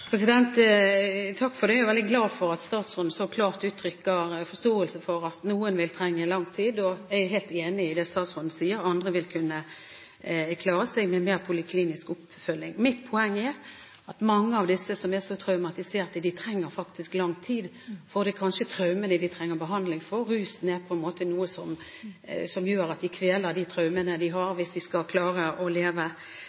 klart uttrykker forståelse for at noen vil trenge lang tid. Jeg er helt enig i det statsråden sier. Andre vil kunne klare seg med mer poliklinisk oppfølging. Mitt poeng er at mange av disse som er så traumatiserte, trenger faktisk lang tid, for det er kanskje traumene de trenger behandling for – rusen er på en måte noe som gjør at de kveler de traumene de har